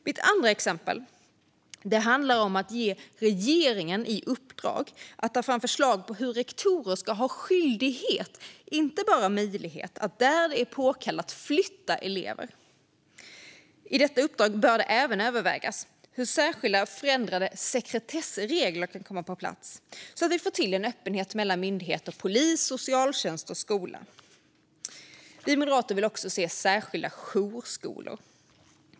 Mitt andra exempel handlar om att ge regeringen i uppdrag att ta fram förslag om hur rektorer ska ha skyldighet, inte bara möjlighet, att flytta elever när det är påkallat. I detta uppdrag bör det även övervägas hur förändrade sekretessregler kan komma på plats, så att vi får till en öppenhet mellan myndigheter - polis, socialtjänst och skola. Vi moderater vill också se särskilda jourskolor.